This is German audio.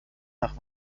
nach